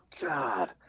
God